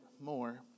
more